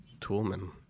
Toolman